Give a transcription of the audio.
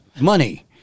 money